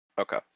Okay